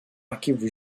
arquivo